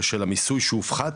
בשל המיסוי שהופחת